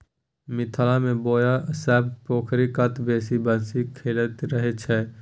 मिथिला मे बौआ सब पोखरि कात बैसि बंसी खेलाइत रहय छै